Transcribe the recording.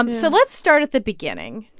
um so let's start at the beginning,